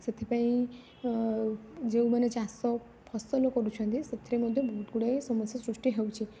ସେଥିପାଇଁ ଯେଉଁମାନେ ଚାଷ ଫସଲ କରୁଛନ୍ତି ସେଥିରେ ମଧ୍ୟ ବହୁତ ଗୁଡ଼ିଏ ସମସ୍ୟା ସୃଷ୍ଟି ହେଉଛି